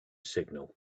signal